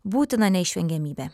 būtina neišvengiamybė